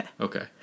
Okay